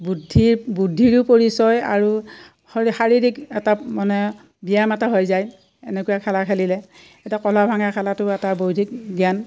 বুদ্ধি বুদ্ধিৰো পৰিচয় আৰু শাৰীৰিক এটা মানে ব্যায়াম এটা হৈ যায় এনেকুৱা খেলা খেলিলে এতিয়া কলহ ভাঙা খেলাটো এটা বৌধিক জ্ঞান